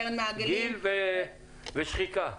גיל ושחיקה.